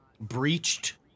breached